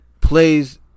plays